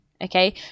Okay